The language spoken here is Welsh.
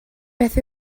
beth